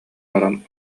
баран